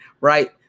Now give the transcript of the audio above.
Right